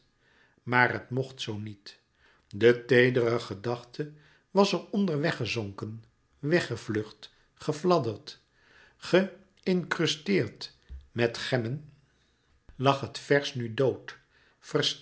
maar t mocht zoo niet de teedere gedachte was er onder weggezonken weggevlucht gefladderd geïncrusteerd met gemmen lag het vers nu dood